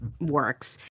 works